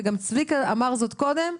וגם צביקה אמר זאת קודם,